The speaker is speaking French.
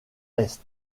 est